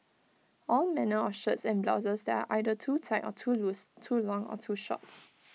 all manner of shirts and blouses that are either too tight or too loose too long or too short